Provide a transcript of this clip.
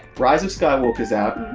rise of sky walker's out,